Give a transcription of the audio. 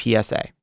PSA